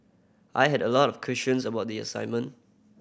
I had a lot of questions about the assignment